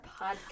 podcast